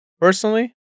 personally